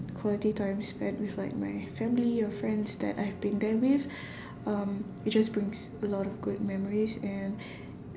quality time spent with like my family or friends that I have been there with um it just brings a lot of good memories and